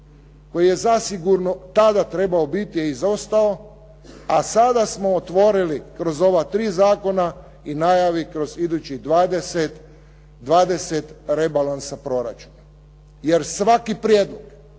koji je zasigurno tada trebao biti je izostao a sada smo otvorili kroz ova tri zakona i najavi kroz idućih dvadeset rebalansa proračuna jer svaki prijedlog